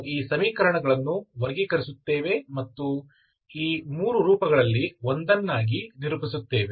ನಾವು ಈ ಸಮೀಕರಣಗಳನ್ನು ವರ್ಗೀಕರಿಸುತ್ತೇವೆ ಮತ್ತು ಈ 3 ರೂಪಗಳಲ್ಲಿ ಒಂದನ್ನಾಗಿ ನಿರೂಪಿಸುತ್ತೇವೆ